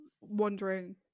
wondering